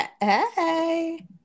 Hey